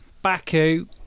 Baku